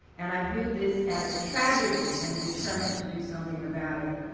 and i viewed this as a tragedy and determined to do something about it.